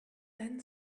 then